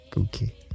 okay